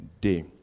day